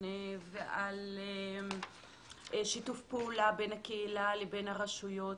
ועל שיתוף פעולה בין הקהילה לבין הרשויות?